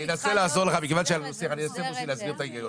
אני אנסה להסביר את ההיגיון,